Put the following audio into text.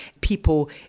people